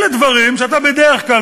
אלה דברים שאתה בדרך כלל,